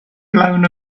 blown